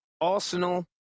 Arsenal